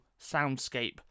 soundscape